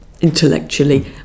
Intellectually